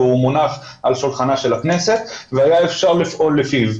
מונח על שולחנה של הכנסת והיה אפשר לפעול לפיו.